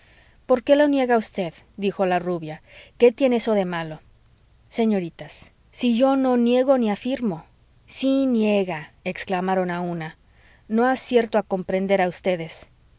por qué lo niega usted dijo la rubia qué tiene eso de malo señoritas si yo no niego ni afirmo sí niega exclamaron a una no acierto a comprender a ustedes